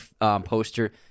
poster